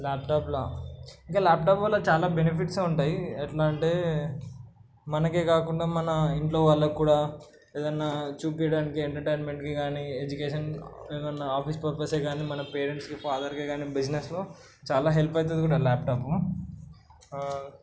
ల్యాప్టాప్ల ఇంకా ల్యాప్టాప్ ల్ల చాలా బెనిఫిట్స్ ఏ ఉంటాయి ఎట్లా అంటే మనకే కాకుండా మన ఇంట్లో వాళ్ళకి కూడా ఏదైనా చూపించడానికి ఎంటర్టైన్మెంట్కి కాని ఎడ్యుకేషన్ ఏదైనా ఆఫీస్ పర్పస్ ఏ కానీ మన పేరెంట్స్కి ఫాదర్కే కాని బిజినెస్ చాలా హెల్ప్ అవుతుంది కూడా ల్యాప్టాప్